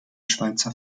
schweizer